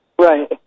Right